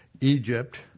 Egypt